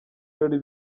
birori